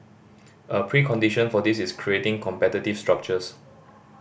a precondition for this is creating competitive structures